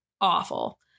awful